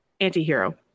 anti-hero